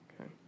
Okay